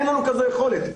אין לנו יכולת כזאת.